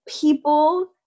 people